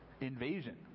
invasion